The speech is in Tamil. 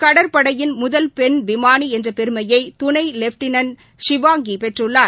கடற்படையின் முதல் பெண் விமானிஎன்றபெருமையைதுணைவெப்டினன்ட் ஷிவாங்கிபெற்றுள்ளார்